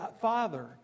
Father